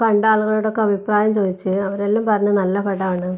കണ്ട ആളുകളുടെ ഒക്കെ അഭിപ്രായം ചോദിച്ച് അവരെല്ലം പറഞ്ഞ് നല്ല പടമാണ്